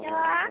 hello